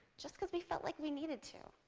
just because we felt like we needed to.